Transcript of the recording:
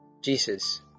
Jesus